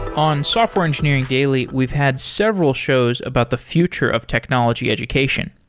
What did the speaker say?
on software engineering daily, we've had several shows about the future of technology education.